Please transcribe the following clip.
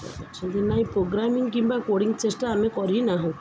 ଅଛନ୍ତି ନାଇଁ ପ୍ରୋଗ୍ରାମିଂ କିମ୍ବା କୋଡ଼ିଂ ଚେଷ୍ଟା ଆମେ କରିନାହୁଁ